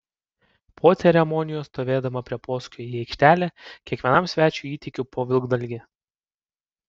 po ceremonijos stovėdama prie posūkio į aikštelę kiekvienam svečiui įteikiau po vilkdalgį